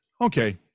okay